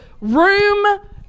room